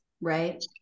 right